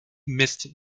missed